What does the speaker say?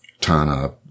Tana